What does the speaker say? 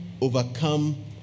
overcome